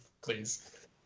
please